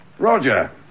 Roger